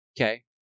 Okay